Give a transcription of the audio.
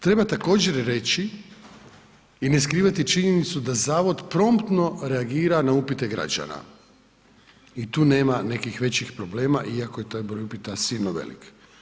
Treba također reći i ne skrivati činjenicu da zavod promptno reagira na upite građana i tu nema nekih većih problema iako je taj broj upita silno velik.